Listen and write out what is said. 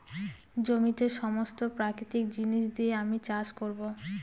জমিতে সমস্ত প্রাকৃতিক জিনিস দিয়ে আমি চাষ করবো